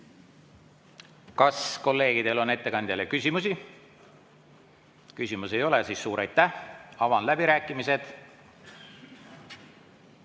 Kas kolleegidel on ettekandjale küsimusi? Küsimusi ei ole. Suur aitäh! Avan läbirääkimised.